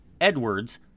Edwards